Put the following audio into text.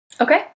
Okay